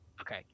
Okay